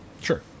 sure